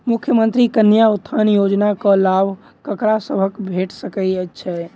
मुख्यमंत्री कन्या उत्थान योजना कऽ लाभ ककरा सभक भेट सकय छई?